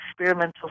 experimental